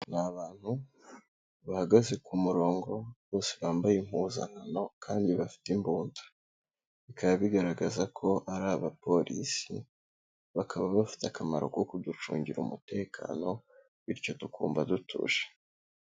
Ni abantu bahagaze ku murongo, bose bambaye impuzankano kandi bafite imbunda, bikaba bigaragaza ko ari abapolisi, bakaba bafite akamaro ko kuducungira umutekano bityo dukumva dutuje.